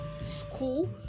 school